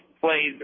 played